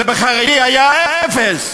ובחרדי היה אפס.